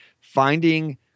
Finding